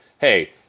hey